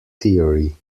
theory